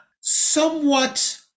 somewhat